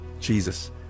Jesus